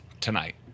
tonight